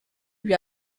lui